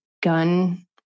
gun